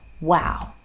wow